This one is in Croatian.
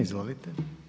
Izvolite.